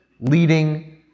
leading